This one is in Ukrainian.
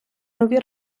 нові